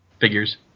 figures